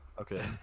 Okay